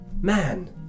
man